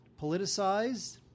politicized